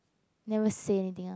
never say anything ah